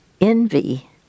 envy